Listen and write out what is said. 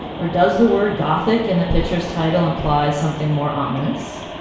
or does the word gothic in the picture's title imply something more ominous?